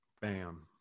Bam